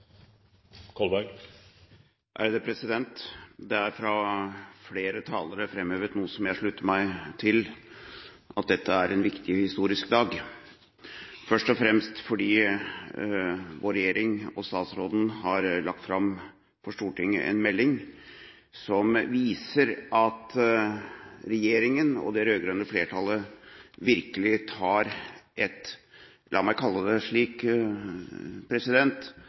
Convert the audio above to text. det framhevet noe jeg slutter meg til: Dette er en viktig og historisk dag, først og fremst fordi vår regjering og statsråden har lagt fram for Stortinget en melding som viser at regjeringen og det rød-grønne flertallet virkelig tar – la meg kalle det